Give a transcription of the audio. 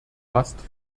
fast